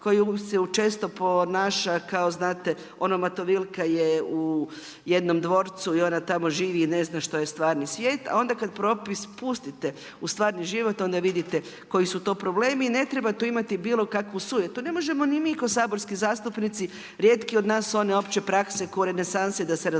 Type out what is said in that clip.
koje se često ponaša kao znate ona Matovilka je jednom dvorcu i ona tamo živi i ne zna što je stvarni svijet, a onda kada propis pustite u stvarni život onda vidite koji su to problemi. I ne treba tu imati bilo kakvu sujetu, ne možemo ni mi kao saborski zastupnici rijetki od nas su oni opće prakse ko u renesansi da se razumiju